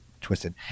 twisted